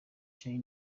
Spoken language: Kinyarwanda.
charly